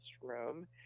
room